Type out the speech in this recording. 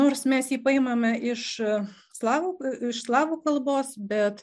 nors mes jį paimame iš slavų iš slavų kalbos bet